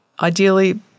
ideally